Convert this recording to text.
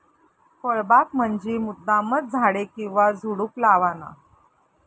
फळबाग म्हंजी मुद्दामचं झाडे किंवा झुडुप लावाना